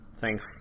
Thanks